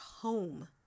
home